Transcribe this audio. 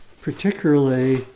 particularly